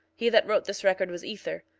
he that wrote this record was ether,